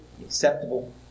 acceptable